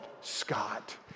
Scott